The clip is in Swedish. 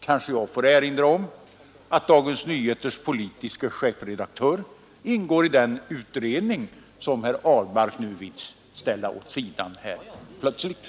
Kanske jag RS makt varandra å ena sidan forskningens intres: får erinra om att Dagens Nyheters politiske chefredaktör ingår i den utredning som herr Ahlmark nu helt plötsligt vill ställa åt sidan.